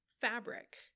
fabric